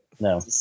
No